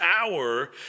hour